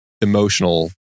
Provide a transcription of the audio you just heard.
emotional